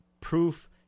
proof